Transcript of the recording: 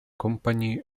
company